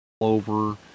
over